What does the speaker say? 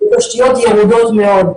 ירודות מאוד,